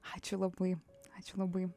ačiū labai ačiū labai